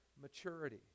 Maturity